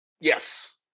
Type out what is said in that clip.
Yes